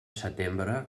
setembre